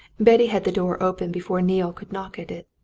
betty had the door open before neale could knock at it.